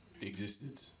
existed